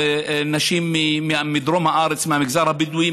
נשים מדרום הארץ מהמגזר הבדואי,